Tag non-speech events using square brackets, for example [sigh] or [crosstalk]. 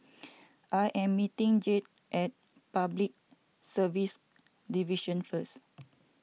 [noise] I am meeting Jed at Public Service Division first